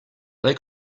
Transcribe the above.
they